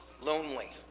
lonely